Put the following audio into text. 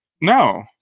No